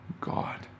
God